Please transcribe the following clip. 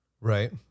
Right